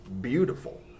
beautiful